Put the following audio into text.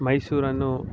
ಮೈಸೂರನ್ನು